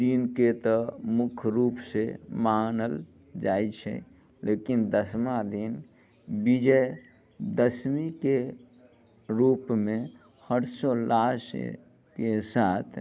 दिन के तऽ मुख्य रूपसे मानल जाइ छै लेकिन दसमा दिन विजय दसमीके रूपमे हर्षोल्लाससँ के साथ